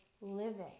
living